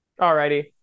Alrighty